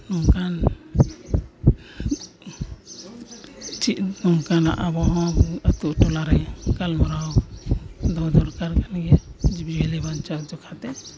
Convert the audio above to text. ᱱᱚᱝᱠᱟᱱ ᱪᱮᱫ ᱱᱚᱝᱠᱟᱱᱟᱜ ᱟᱵᱚ ᱦᱚᱸ ᱟᱛᱳ ᱴᱚᱞᱟ ᱨᱮ ᱜᱟᱞ ᱢᱟᱨᱟᱣ ᱫᱚᱦᱚ ᱫᱚᱨᱠᱟᱨ ᱠᱟᱱ ᱜᱮᱭᱟ ᱡᱤᱵᱽᱼᱡᱤᱭᱟᱹᱞᱤ ᱵᱟᱧᱪᱟᱣ ᱵᱟᱠᱷᱨᱟ ᱛᱮ